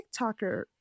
TikToker